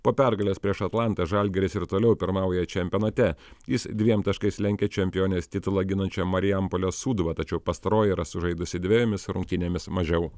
po pergalės prieš atlantą žalgiris ir toliau pirmauja čempionate jis dviem taškais lenkia čempionės titulą ginančią marijampolės sūduvą tačiau pastaroji yra sužaidusi dvejomis rungtynėmis mažiau